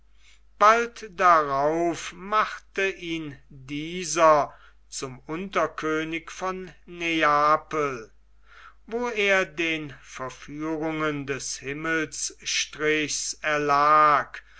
bald darauf machte ihn dieser zum unterkönig von neapel wo er den verführungen des himmelsstrichs erlag